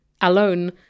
alone